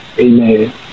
Amen